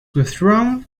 withdrawn